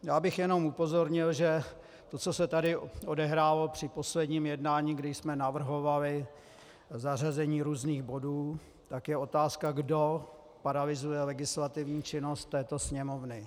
Já bych jenom upozornil, že to, co se tady odehrálo při posledním jednání, když jsme navrhovali zařazení různých bodů, tak je otázka, kdo paralyzuje legislativní činnost této Sněmovny.